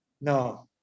no